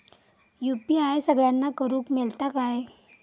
UPI सगळ्यांना करुक मेलता काय?